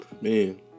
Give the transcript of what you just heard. man